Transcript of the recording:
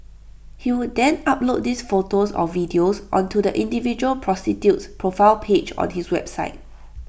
he would then upload these photos or videos onto the individual prostitute's profile page on his website